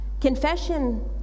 Confession